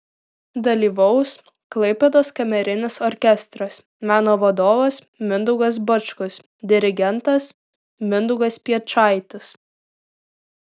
dalyvaus klaipėdos kamerinis orkestras meno vadovas mindaugas bačkus dirigentas mindaugas piečaitis